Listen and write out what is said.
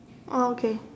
oh okay